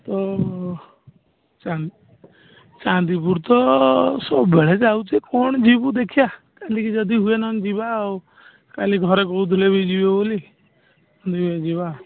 ତ ଚାନ୍ଦିପୁର ତ ସବୁବେଳେ ଯାଉଛେ କ'ଣ ଯିବୁ ଦେଖିବା କାଲିକି ଯଦି ହୁଏ ନହେଲେ ଯିବା ଆଉ କାଲି ଘରେ କେଉଁଥିଲେ ବି ଯିବେ ବୋଲି ଦେଖିବା ଯିବା